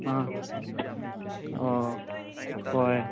ꯑꯥ ꯑꯣ ꯍꯣꯏ